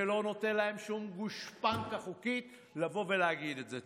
זה לא נותן שום גושפנקה חוקית לבוא ולהגיד את זה.